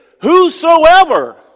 Whosoever